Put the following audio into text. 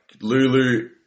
Lulu